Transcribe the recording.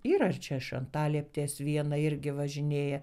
yra čia iš antalieptės viena irgi važinėja